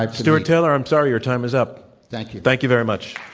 ah stuart taylor, i'm sorry, your time is up. thank you. thank you very much.